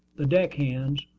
the deck-hands,